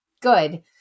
good